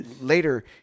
later